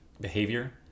behavior